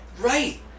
Right